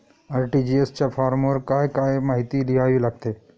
RTGS च्या फॉर्मवर काय काय माहिती लिहावी लागते?